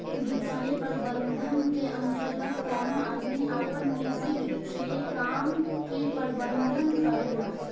वित्तीय प्रबंधन के अंतर्गत कवनो आदमी आपन निजी वित्तीय काम के प्रबंधन करेला